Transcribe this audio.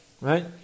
Right